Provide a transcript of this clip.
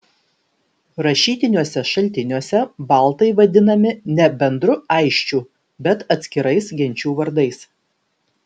rašytiniuose šaltiniuose baltai vadinami ne bendru aisčių bet atskirais genčių vardais